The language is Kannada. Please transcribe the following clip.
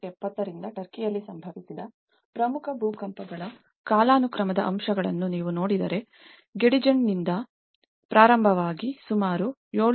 1970 ರಿಂದ ಟರ್ಕಿಯಲ್ಲಿ ಸಂಭವಿಸಿದ ಪ್ರಮುಖ ಭೂಕಂಪಗಳ ಕಾಲಾನುಕ್ರಮದ ಅಂಶಗಳನ್ನು ನೀವು ನೋಡಿದರೆ ಗೆಡಿಜ್ನಿಂದ ಪ್ರಾರಂಭವಾಗಿ ಸುಮಾರು 7